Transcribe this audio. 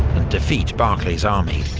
and defeat barclay's army,